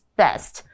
best